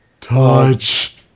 Touch